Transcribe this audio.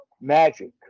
magic